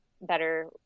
better